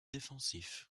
défensif